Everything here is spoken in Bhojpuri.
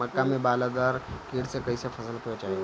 मक्का में बालदार कीट से कईसे फसल के बचाई?